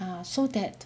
ah so that